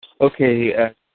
Okay